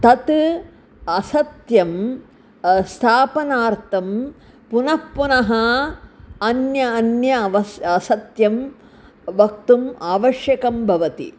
तत् असत्यं स्थापनार्थं पुनप्पुनः अन्य अन्य अवस् असत्यं वक्तुम् आवश्यकं भवति